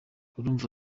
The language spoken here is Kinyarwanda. urumva